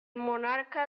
monarca